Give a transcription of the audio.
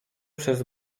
przez